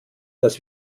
dass